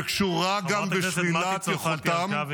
שקשורה גם בשלילת יכולתם ----- חברת הכנסת מטי צרפתי הרכבי,